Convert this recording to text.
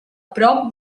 prop